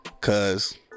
Cause